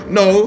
no